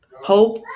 Hope